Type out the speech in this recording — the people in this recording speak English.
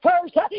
first